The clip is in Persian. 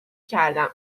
کردم